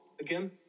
again